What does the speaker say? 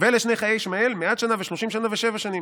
'ואלה שני חיי ישמעאל מאת שנה ושלשים שנה ושבע שנים'